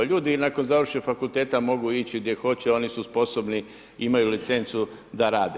Ljudi i nakon završenog fakulteta mogu ići gdje hoće, oni su sposobni, imaju licencu da rade.